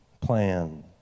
plan